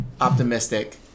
optimistic